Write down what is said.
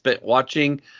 watching